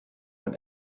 man